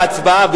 בייחוד בהצבעה,